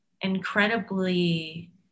incredibly